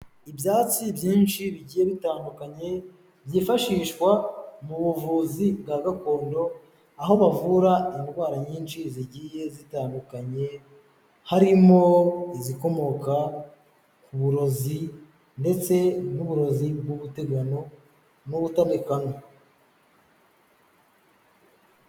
Ibyatsi byinshi bigiye bitandukanye, byifashishwa mu buvuzi bwa gakondo, aho bavura indwara nyinshi zigiye zitandukanye, harimo izikomoka ku burozi ndetse n'uburozi bw'ubutegano n'ubutamikano.